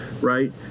right